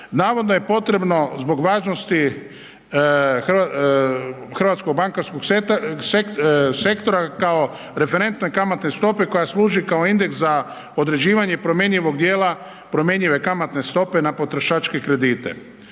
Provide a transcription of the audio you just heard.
navodno je potrebno zbog važnosti hrvatskog bankarskog sektora kao referentnoj kamatnoj stopi koja služi kao indeks za određivanje promjenjivog djela promjenjive kamatne stope na potrošačke kredite.